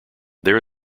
there